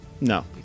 No